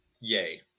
Yay